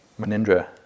Manindra